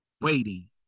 Waiting